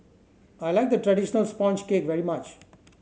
I like the traditional sponge cake very much